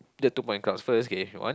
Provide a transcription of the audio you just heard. the two point cards first K one